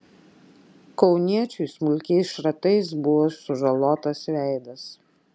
kauniečiui smulkiais šratais buvo sužalotas veidas